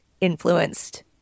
influenced